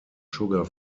sugar